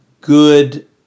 good